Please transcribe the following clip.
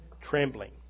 trembling